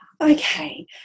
Okay